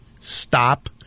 stop